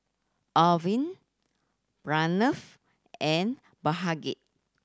Arvind Pranav and Bhagat